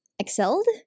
excelled